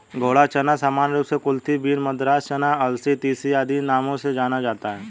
घोड़ा चना सामान्य रूप से कुलथी बीन, मद्रास चना, अलसी, तीसी आदि नामों से जाना जाता है